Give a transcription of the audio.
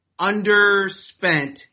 underspent